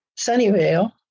Sunnyvale